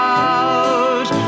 out